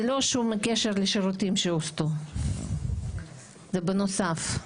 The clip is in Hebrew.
ללא שום קשר לשירותים שהוסטו, זה בנוסף.